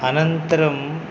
अनन्तरम्